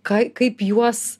ką kaip juos